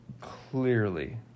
clearly